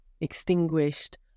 extinguished